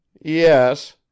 Yes